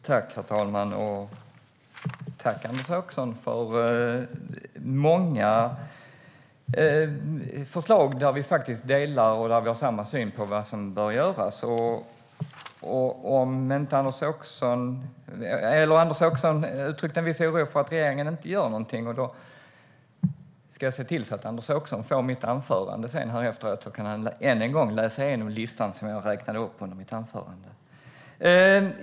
Herr talman! Tack, Anders Åkesson, för många förslag där vi har samma syn på vad som bör göras. Anders Åkesson uttryckte en viss oro för att regeringen inte gör någonting. Jag ska se till att Anders Åkesson får mitt manus här efteråt så att han kan läsa igenom listan jag räknade upp under mitt anförande.